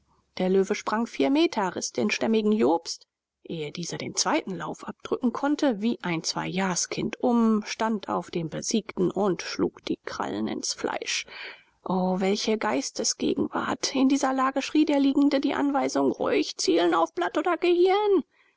der löwe sprang vier meter riß den stämmigen jobst ehe dieser den zweiten lauf abdrücken konnte wie ein zweijahrskind um stand auf dem besiegten und schlug die krallen ins fleisch o welche geistesgegenwart in dieser lage schrie der liegende die anweisung ruhig zielen auf blatt oder gehirn